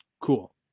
Cool